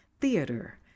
theater